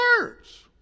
words